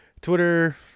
Twitter